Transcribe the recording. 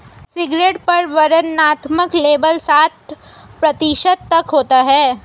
cigarette पर वर्णनात्मक label साठ प्रतिशत तक होता है